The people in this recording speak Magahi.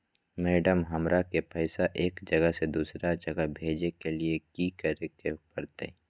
मैडम, हमरा के पैसा एक जगह से दुसर जगह भेजे के लिए की की करे परते?